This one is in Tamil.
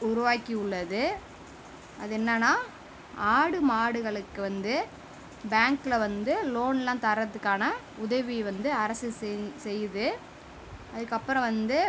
உருவாக்கி உள்ளது அது என்னான்னா ஆடு மாடுகளுக்கு வந்து பேங்க்கில வந்து லோன்லாம் தரதுக்கான உதவி வந்து அரசு செய் செய்யுது அதற்கப்பறம் வந்து